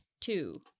two